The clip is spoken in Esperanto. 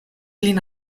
lin